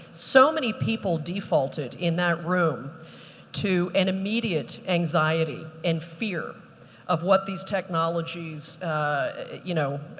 so many people defaulted in that room to an immediate anxiety and fear of what these technologies you know,